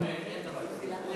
אין דבר כזה.